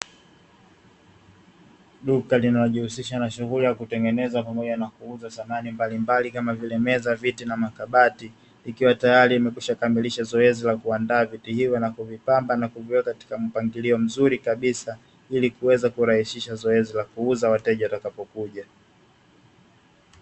Duka linalojihusisha na shughuli ya kutengeneza pamoja na kuuza samani mbali mbali kama vile meza, viti, na makabati ikiwa tayari imekwisha kamilisha zoezi la kuandaa vitu hivyo na kuvipamba na kuviweka katika mpangilio mzuri kabisa, ili kuweza kurahisisha zoezi la kuuza wateja watakapo kuja.